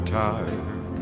tired